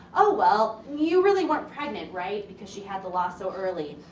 oh well you really weren't pregnant, right? because she had the loss so early.